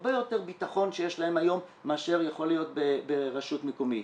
הרבה יותר ביטחון שיש להם היום מאשר יכול להיות ברשות מקומית.